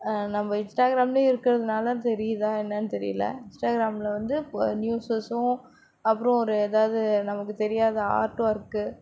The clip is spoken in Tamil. நம்ம இன்ஸ்டாகிராமில் இருக்கிறதினால தெரியுதா என்னன்னு தெரியல இன்ஸ்டாகிராமில் வந்து நியூஸும் அப்புறம் ஒரு ஏதாவது நமக்குத் தெரியாத ஆர்ட் ஒர்க்கு